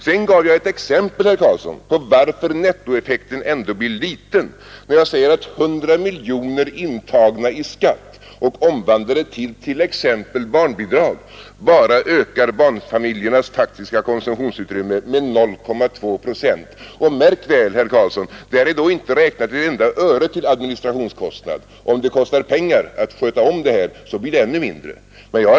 Sedan gav jag ett exempel, herr Karlsson, på varför nettoeffekten ändå blir liten. Jag sade att 100 miljoner intagna i skatt och omvandlade till exempelvis barnbidrag bara ökar barnfamiljernas faktiska konsumtionsutrymme med 0,2 procent; och märk väl, herr Karlsson, att däri inte är inräknat ett enda öre till administrationskostnader. Om det kostar pengar att sköta det hela blir det ännu mindre över.